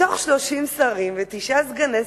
מתוך 30 שרים ותשעה סגני שרים,